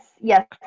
Yes